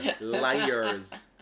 liars